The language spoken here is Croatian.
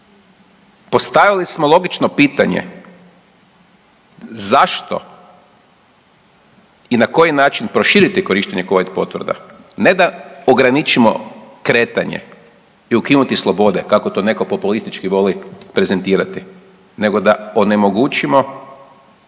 Postavili smo logično pitanje zašto i na koji način proširiti korištenje covid potvrda, ne da ograničimo kretanje i ukinuti slobode kako to neko populistički voli prezentirati nego da onemogućimo